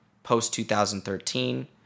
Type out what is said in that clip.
post-2013